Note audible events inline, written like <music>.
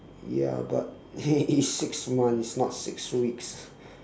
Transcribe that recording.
ya but eh it's six month it's not six weeks <laughs>